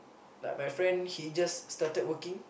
like my friend he just started working